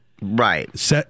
Right